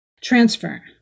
transfer